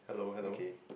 okay